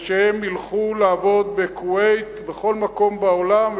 שהם ילכו לעבוד בכוויית ובכל מקום בעולם,